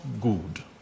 good